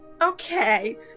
Okay